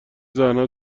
زنها